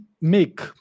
make